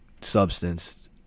substance